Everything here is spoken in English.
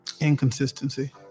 Inconsistency